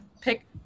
pick